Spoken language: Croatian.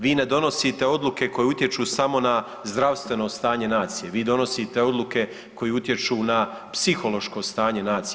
Vi ne donosite odluke koje utječu samo na zdravstveno stanje nacije, vi donosite odluke koje utječu na psihološko stanje nacije.